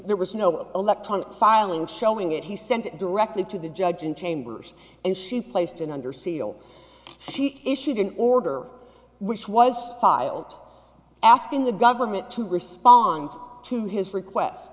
there was no electronic filing showing it he sent directly to the judge in chambers and she placed in under seal she issued an order which was filed asking the government to respond to his request